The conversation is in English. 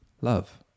love